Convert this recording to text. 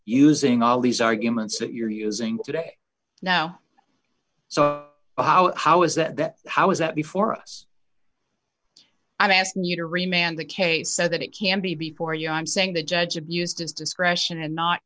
using all these arguments that you're using today now so how how is that how is that before us i ask you to remain on the case so that it can be before you i'm saying the judge abused his discretion in not